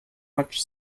much